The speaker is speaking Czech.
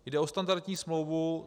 Jde o standardní smlouvu.